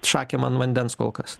šakėm ant vandens kol kas